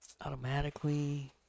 automatically